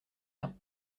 bien